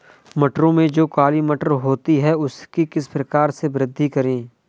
मटरों में जो काली मटर होती है उसकी किस प्रकार से वृद्धि करें?